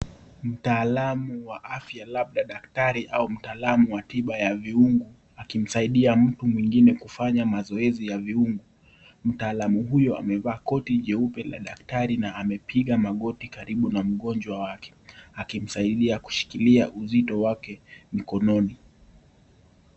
Mtaalamu wa afya labda daktari au mtaalamu wa tiba ya viungo akimsaidia mtu mwengine kufanya mazoezi ya viungo. Mtaalamu huyu amevaa koti jeupe la daktari na amepiga magoti karibu na mgonjwa wake akimsaidia kushikilia uzito wake mikononi.